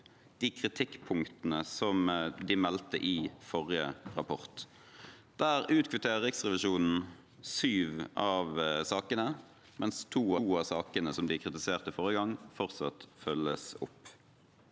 de kritikkpunktene som de meldte i forrige rapport. Der utkvitterer Riksrevisjonen syv av sakene, mens to av sakene som de kritiserte forrige gang, fortsatt følges opp.